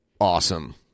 awesome